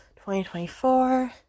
2024